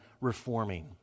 reforming